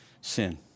sin